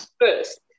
first